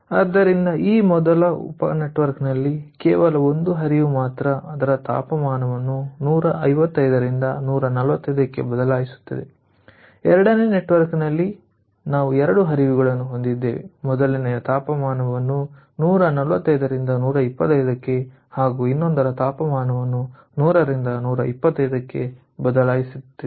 ಆದ್ದರಿಂದ ಈ ಮೊದಲ ಉಪ ನೆಟ್ವರ್ಕ್ ನಲ್ಲಿ ಕೇವಲ ಒಂದು ಹರಿವು ಮಾತ್ರ ಅದರ ತಾಪಮಾನವನ್ನು 150 ರಿಂದ 145 ಕ್ಕೆ ಬದಲಾಯಿಸುತ್ತಿದೆ ಎರಡನೇ ನೆಟ್ವರ್ಕ್ನಲ್ಲಿ ನಾವು 2 ಹರಿವುಗಳನ್ನು ಹೊಂದಿದ್ದೇವೆ ಮೊದಲನೆಯ ತಾಪಮಾನವನ್ನು 145 ರಿಂದ 120 ಕ್ಕೆ ಹಾಗೂ ಇನ್ನೊಂದರ ತಾಪಮಾನವನ್ನು 100 ರಿಂದ 125 ಕ್ಕೆ ಬದಲಾಯಿಸುತ್ತಿದೆ